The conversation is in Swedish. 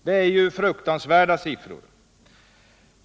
Det är ju fruktansvärda siffror.